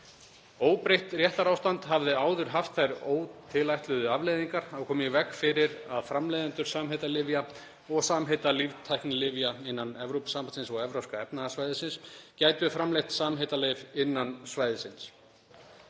Óbreytt réttarástand hafði áður haft þær ótilætluðu afleiðingar að koma í veg fyrir að framleiðendur samheitalyfja og samheitalíftæknilyfja innan Evrópusambandsins og Evrópska efnahagssvæðisins gætu framleitt samheitalyf innan svæðisins,